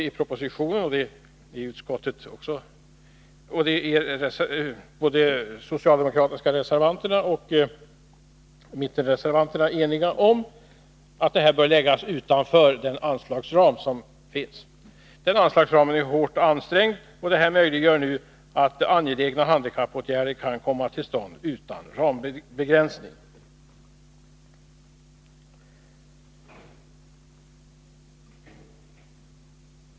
I propositionen föreslås nu, vilket både socialdemokrater och mittenpartiföreträdare i utskottet är eniga om, att bidraget till handikappanpassning bör läggas utanför den anslagsram som finns. Den anslagsramen är hårt ansträngd. Förslaget möjliggör att angelägna handikappåtgärder kan komma till stånd utan rambegränsning.